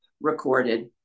recorded